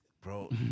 Bro